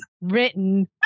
Written